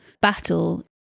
battle